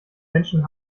menschen